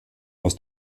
aus